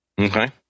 Okay